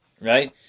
right